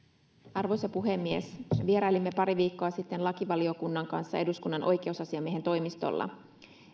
arvoisa puhemies vierailimme pari viikkoa sitten lakivaliokunnan kanssa eduskunnan oikeusasiamiehen toimistolla